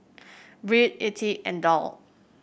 Byrd Ettie and Daryl